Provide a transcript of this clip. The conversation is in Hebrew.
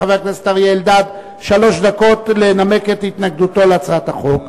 לחבר הכנסת אריה אלדד שלוש דקות לנמק את התנגדותו להצעת החוק,